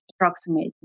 approximate